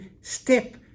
step